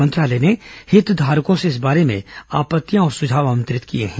मंत्रालय ने हितधारकों से इस बारे में आपत्तियां और सुझाव आमंत्रित किए हैं